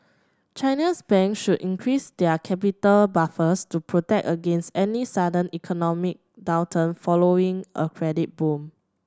China's bank should increase their capital buffers to protect against any sudden economic downturn following a credit boom